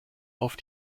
auf